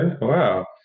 wow